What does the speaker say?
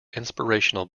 inspirational